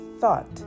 thought